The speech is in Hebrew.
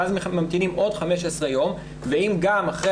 ואז ממתינים עוד 15 יום ואם גם אחרי